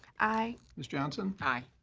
aye. ms. johnson. aye.